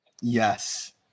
Yes